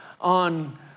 on